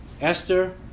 Esther